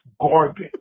garbage